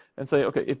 and say, okay,